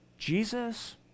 Jesus